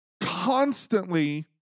Constantly